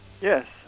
Yes